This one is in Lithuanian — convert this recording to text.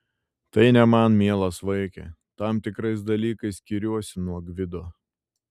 tai ne man mielas vaike tam tikrais dalykais skiriuosi nuo gvido